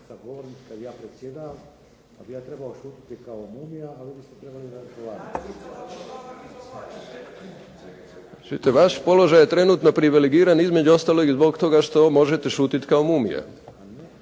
Čujte vaš položaj je trenutno privilegiran između ostalog i zbog toga što možete šutiti kao mumija,